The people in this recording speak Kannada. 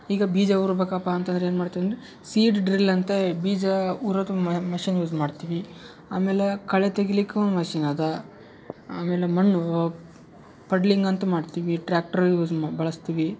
ಈಗ ಬೀಜ ಉರ್ಬೇಕಪ್ಪಾ ಅಂತಂದರೆ ಏನು ಮಾಡ್ತೀವಿ ಅಂದರೆ ಸೀಡ್ ಡ್ರಿಲ್ ಅಂತ ಬೀಜ ಊರದು ಮ ಮೆಷಿನ್ ಯೂಸ್ ಮಾಡ್ತೀವಿ ಆಮೇಲೆ ಕಳೆ ತೆಗಿಲಿಕ್ಕು ಮೆಷಿನ್ ಅದ ಆಮೇಲೆ ಮಣ್ಣು ಪಡ್ಲಿಂಗ್ ಅಂತ್ ಮಾಡ್ತೀವಿ ಟ್ರ್ಯಾಕ್ಟ್ರ್ ಯೂಸ್ ಮ ಬಳಸ್ತೀವಿ